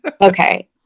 Okay